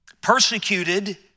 persecuted